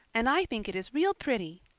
and i think it is real pretty,